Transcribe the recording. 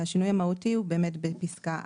והשינוי המהותי הוא באמת בפסקה 4,